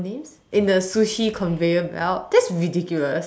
in the Sushi conveyor belt that's ridiculous